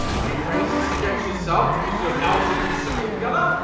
are you racist against yourself because you're now a different skin color?